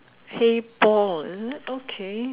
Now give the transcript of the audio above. hey Paul okay